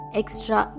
extra